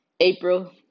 April